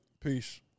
Peace